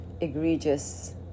egregious